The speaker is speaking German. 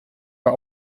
war